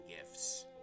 gifts